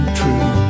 true